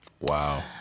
Wow